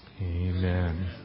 Amen